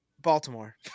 Baltimore